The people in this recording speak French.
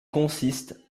consiste